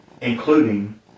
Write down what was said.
Including